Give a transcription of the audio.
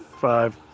Five